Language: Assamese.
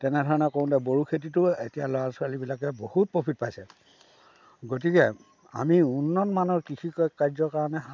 তেনেধৰণে কৰোঁতে বড়ো খেতিটোও এতিয়া ল'ৰা ছোৱালীবিলাকে বহুত প্ৰফিট পাইছে গতিকে আমি উন্নত মানৰ কৃষিকাৰ্যৰ কাৰণে হাঁ